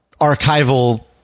archival